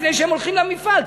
לפני שהם הולכים למפעל,